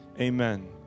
Amen